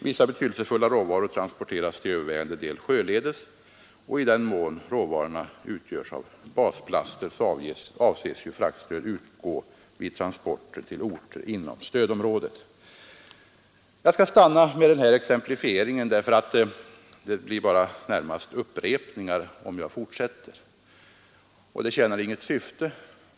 Vissa betydelsefulla råvaror transporteras till övervägande del sjöledes, och i den mån råvarorna utgörs av basplaster avses fraktstöd utgå vid transporter till orter inom stödområdet. Jag skall stanna här med exemplifieringen, för det blir närmast bara upprepningar om jag fortsätter, och det tjänar inget syfte.